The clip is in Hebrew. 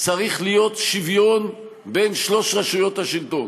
צריך להיות שוויון בין שלוש רשויות השלטון,